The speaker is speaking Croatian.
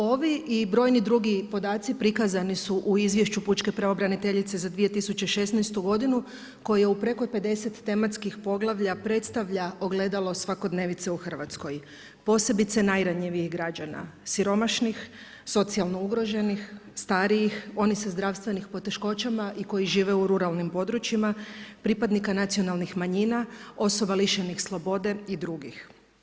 Ovi i brojni drugi podaci prikazani su u izvješću pučke pravobraniteljice za 2016. godinu koja u preko 50 tematskih poglavlja predstavlja ogledalo svakodnevice u Hrvatskoj posebice najranjivijih građana, siromašnih, socijalno ugroženih, stariji, onih sa zdravstvenim poteškoćama i koji žive u ruralnim područjima, pripadnika nacionalnih manjina, osoba lišenih slobode i drugih.